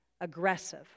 aggressive